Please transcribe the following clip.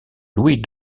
louis